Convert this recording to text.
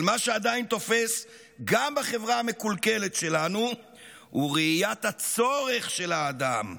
אבל מה שעדיין תופס גם בחברה המקולקלת שלנו הוא ראיית הצורך של האדם,